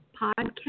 podcast